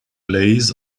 lays